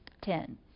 ten